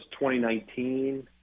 2019